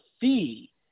fee